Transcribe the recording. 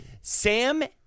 Sam